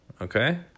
Okay